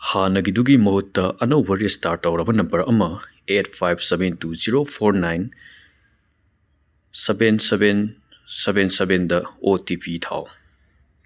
ꯍꯥꯟꯅꯒꯤꯗꯨꯒꯤ ꯃꯍꯨꯠꯇ ꯑꯅꯧꯕ ꯔꯦꯁꯇꯥꯔ ꯇꯧꯔꯕ ꯅꯝꯕꯔ ꯑꯃ eight five seven two zero four nine seven seven seven ꯁꯕꯦꯟꯗ ꯑꯣ ꯇꯤ ꯄꯤ ꯊꯥꯎ